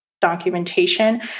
documentation